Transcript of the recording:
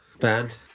band